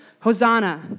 Hosanna